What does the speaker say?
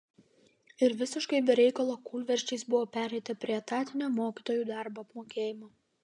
ir visiškai be reikalo kūlversčiais buvo pereita prie etatinio mokytojų darbo apmokėjimo